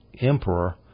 emperor